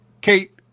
Kate